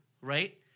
right